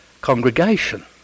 congregation